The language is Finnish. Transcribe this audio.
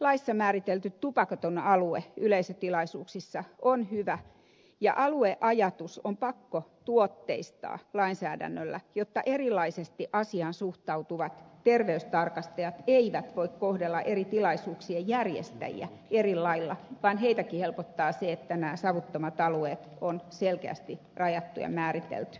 laissa määritelty tupakaton alue yleisötilaisuuksissa on hyvä ja alueajatus on pakko tuotteistaa lainsäädännöllä jotta eri tavoin asiaan suhtautuvat terveystarkastajat eivät voi kohdella eri tilaisuuksien järjestäjiä eri lailla vaan heitäkin helpottaa se että nämä savuttomat alueet on selkeästi rajattu ja määritelty